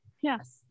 Yes